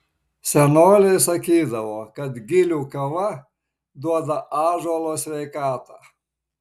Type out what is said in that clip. senoliai sakydavo kad gilių kava duoda ąžuolo sveikatą